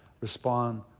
respond